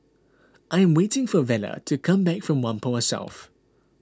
I am waiting for Vela to come back from Whampoa South